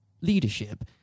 leadership